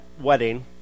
wedding